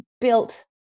built